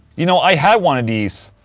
you know, i had one of these